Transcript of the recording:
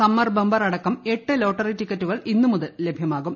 summer bumper അടക്കം എട്ട് lottery ടിക്കറ്റുകൾ ഇന്നുമുതൽ ലഭ്യമാകും